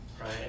right